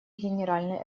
генеральной